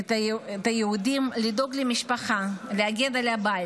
את היהודים לדאוג למשפחה, להגן על הבית,